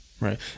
Right